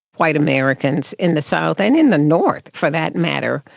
white americans in the south, and in the north for that matter,